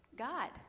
God